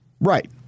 Right